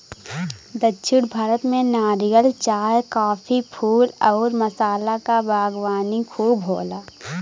दक्षिण भारत में नारियल, चाय, काफी, फूल आउर मसाला क बागवानी खूब होला